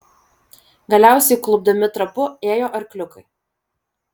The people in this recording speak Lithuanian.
galiausiai klupdami trapu ėjo arkliukai